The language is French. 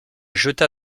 jeta